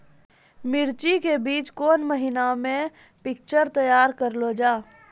मिर्ची के बीज कौन महीना मे पिक्चर तैयार करऽ लो जा?